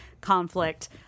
conflict